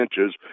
inches